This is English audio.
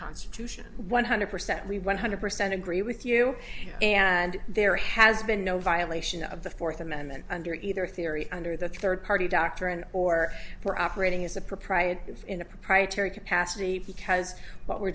constitution one hundred percent we one hundred percent agree with you and there has been no violation of the fourth amendment under either theory under the third party doctrine or we're operating as a proprietor in a proprietary capacity because what we're